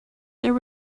there